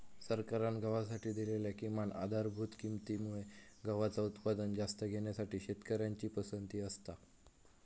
सरकारान गव्हासाठी दिलेल्या किमान आधारभूत किंमती मुळे गव्हाचा उत्पादन जास्त घेण्यासाठी शेतकऱ्यांची पसंती असता